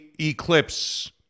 eclipse